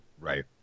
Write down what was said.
right